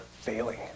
failing